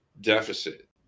deficit